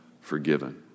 forgiven